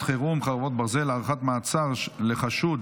חירום (חרבות ברזל) (הארכת מעצר לחשוד